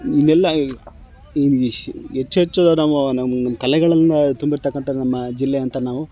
ಇವನ್ನೆಲ್ಲ ಇಶ್ ಹೆಚ್ಚು ಹೆಚ್ಚು ನಾವು ನಾವು ಕಲೆಗಳನ್ನು ತುಂಬಿರ್ತಕ್ಕಂಥ ನಮ್ಮ ಜಿಲ್ಲೆ ಅಂತ ನಾವು